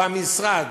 במשרד,